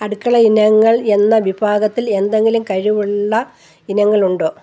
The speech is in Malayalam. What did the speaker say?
അടുക്കള ഇനങ്ങൾ എന്ന വിഭാഗത്തിൽ എന്തെങ്കിലും കിഴിവുള്ള ഇനങ്ങൾ ഉണ്ടോ